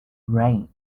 rain